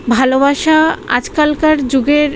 ভালোবাসা আজকালকার যুগের